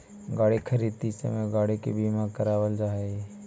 गाड़ी खरीदित समय गाड़ी के बीमा करावल जा हई